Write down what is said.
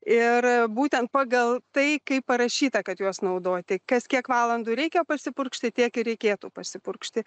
ir būtent pagal tai kaip parašyta kad juos naudoti kas kiek valandų reikia pasipurkšti tiek ir reikėtų pasipurkšti